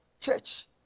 church